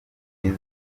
nizo